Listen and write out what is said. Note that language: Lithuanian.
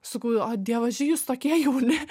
sakau o dievaži jūs tokie jauni